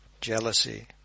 jealousy